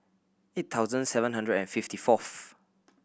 eight thousand seven hundred and fifty fourth